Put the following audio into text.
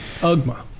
ugma